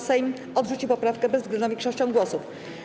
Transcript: Sejm odrzucił poprawkę bezwzględną większością głosów.